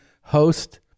host